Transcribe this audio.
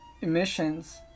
emissions